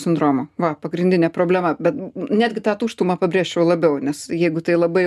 sindromo va pagrindinė problema bet netgi tą tuštumą pabrėžčiau labiau nes jeigu tai labai